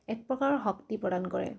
এক প্ৰকাৰৰ শক্তি প্ৰদান কৰে